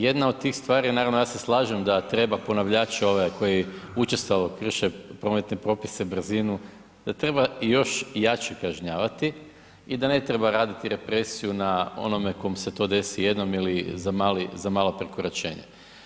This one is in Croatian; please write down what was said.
Jedna od tih stvari je, naravno ja se slažem da treba ponavljače ove koji učestalo krše prometne propise, brzinu, da treba i još jače kažnjavati i da ne treba raditi represiju na onome kom se to desi jednom ili za malo prekoračenje.